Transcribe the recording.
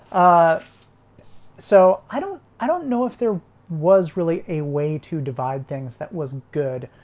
ah so i don't i don't know if there was really a way to divide things. that was good.